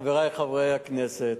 חברי חברי הכנסת,